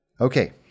Okay